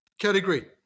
category